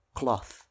cloth